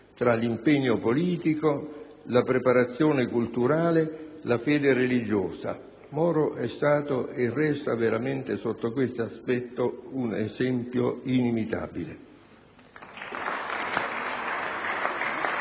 tra l'impegno politico, la preparazione culturale, la fede religiosa. Moro è stato e resta veramente, sotto questo aspetto, un esempio inimitabile.